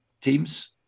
teams